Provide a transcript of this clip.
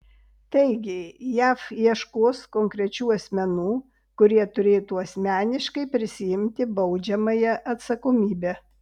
taigi jav ieškos konkrečių asmenų kurie turėtų asmeniškai prisiimti baudžiamąją atsakomybę